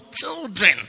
children